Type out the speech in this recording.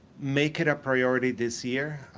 make it a priority this year.